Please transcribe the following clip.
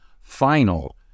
final